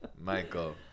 Michael